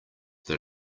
that